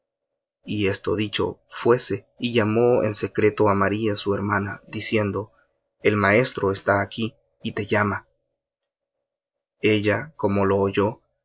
y esto dicho fuése y llamó en secreto á maría su hermana diciendo el maestro está aquí y te llama ella como lo oyó